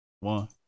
One